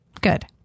Good